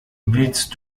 willst